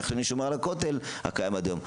איך אני שומר על הכותל הקיים עד היום?